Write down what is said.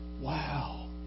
Wow